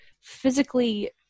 physically